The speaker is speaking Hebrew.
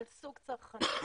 של סוג צרכנים.